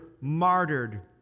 martyred